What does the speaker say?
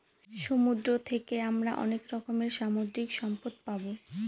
সমুদ্র থাকে আমরা অনেক রকমের সামুদ্রিক সম্পদ পাবো